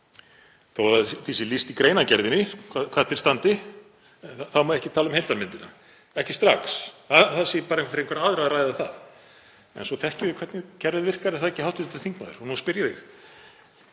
Þótt því sé lýst í greinargerðinni hvað til standi þá má ekki tala um heildarmyndina, ekki strax, það sé bara fyrir einhverja aðra að ræða það. En svo þekkjum við hvernig kerfið virkar, er það ekki hv. þingmaður? Og nú spyr ég þig: